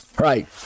Right